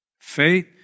Faith